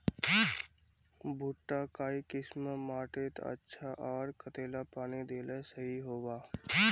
भुट्टा काई किसम माटित अच्छा, आर कतेला पानी दिले सही होवा?